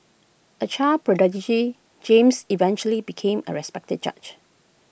A child prodigy James eventually became A respected judge